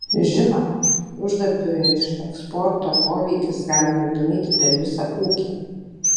žinoma uždarbio iš eksporto poveikis gali nuvilnyti per visą ūkį